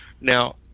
Now